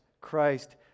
Christ